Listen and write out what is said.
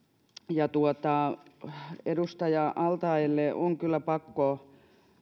edustaja al taeelle on kyllä pakko